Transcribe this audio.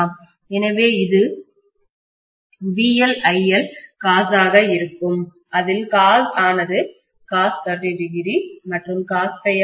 எனவே இது VLIL cos ஆக இருக்கும் அதில் cos ஆனது cos30o மற்றும் cos ஆக இருக்கும்